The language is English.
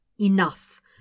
Enough